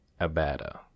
Abada